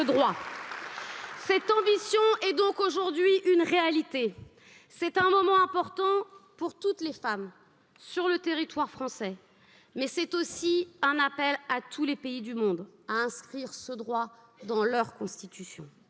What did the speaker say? cette ambition est donc aujourd'hui une réalité c'est un moment important pour toutes les femmes sur le territoire français, mais c'est aussi un appel à tous les pays du monde à inscrire ce droit dans leur constitution